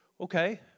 okay